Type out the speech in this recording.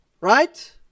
right